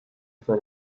jefe